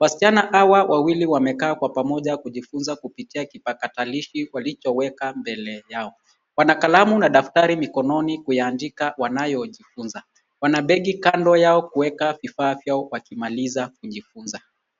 Wasichana hawa wawili wamekaa kwa pamoja kujifunza kupitia kipakatalishi walichowekwa mbele yao. Wana kalamu na daftari mikononi kuyaandika wanayojifunza, Wana begi kando yao kuweka vifaa vyao wakimaliza kujifunza.